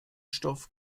stoff